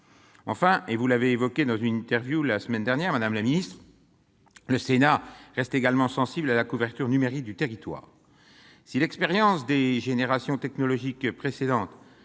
Enfin, et vous l'avez évoqué dans une interview la semaine dernière, madame la secrétaire d'État, le Sénat reste également sensible à la couverture numérique du territoire. Si l'expérience des générations technologiques précédentes